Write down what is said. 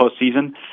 postseason